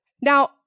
Now